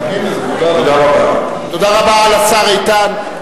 תודה רבה לשר איתן.